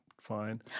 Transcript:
fine